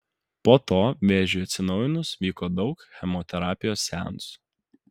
po to vėžiui atsinaujinus vyko daug chemoterapijos seansų